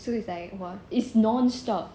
so it's like !wah! it's non stop